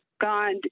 God